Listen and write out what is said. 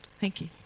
thank you.